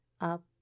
up